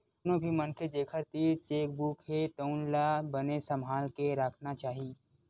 कोनो भी मनखे जेखर तीर चेकबूक हे तउन ला बने सम्हाल के राखना चाही